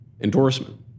endorsement